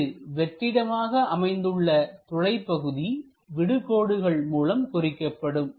இங்கு வெற்றிடமாக அமைந்துள்ள துளை பகுதி விடு கோடுகள் மூலம் குறிக்கப்படும்